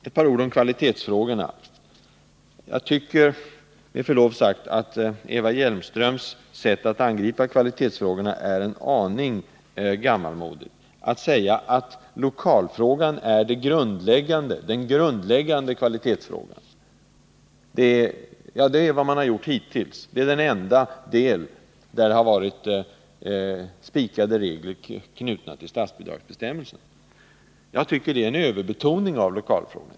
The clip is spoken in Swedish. Ett par ord om kvalitetsfrågorna. Eva Hjelmströms sätt att angripa kvalitetsfrågorna är en aning gammalmodigt, när hon anser att lokalfrågan är den grundläggande kvalitetsfrågan. Ja, hittills är detta det enda område där bestämda regler har varit knutna till statsbidragsbestämmelserna. Jag tycker det är en överbetoning av lokalfrågan.